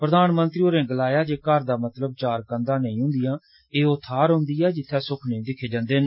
प्रधानमंत्री होरें गलाया जे घर दा मतलब चार कंदा नेई हुन्दियां एह ओ थाहर हुन्दी ऐ जित्थे सुखने दिक्खे जन्दे न